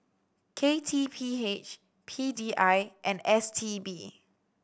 K T P H P D I and S T B